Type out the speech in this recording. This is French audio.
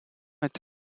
est